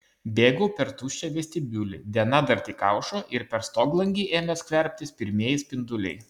bėgau per tuščią vestibiulį diena dar tik aušo ir per stoglangį ėmė skverbtis pirmieji spinduliai